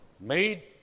made